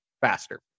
faster